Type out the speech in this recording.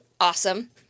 awesome